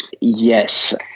Yes